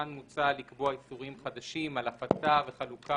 כאן מוצע לקבוע איסורים חדשים על הפצה וחלוקה